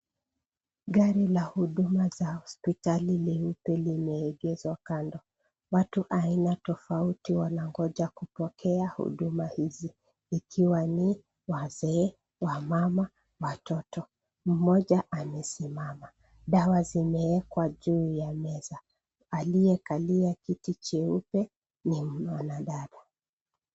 Gari la huduma za hospitali leupe limeegezwa kando. Watu aina tofauti wanangoja kupokea huduma hizi ikiwa ni wazee, wamama, watoto. Mmoja amesimama. Dawa zimewekwa juu ya meza. Aliyekalia kiti cheupe ni mwanadada.